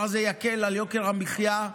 יקלו על יוקר המחיה,